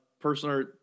personal